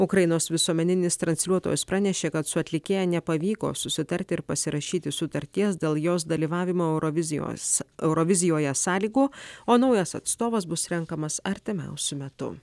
ukrainos visuomeninis transliuotojas pranešė kad su atlikėja nepavyko susitarti ir pasirašyti sutarties dėl jos dalyvavimo eurovizijos eurovizijoje sąlygų o naujas atstovas bus renkamas artimiausiu metu